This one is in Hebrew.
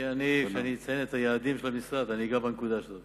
כשאני אציין את היעדים של המשרד, גם בנקודה הזאת